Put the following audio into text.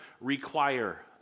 require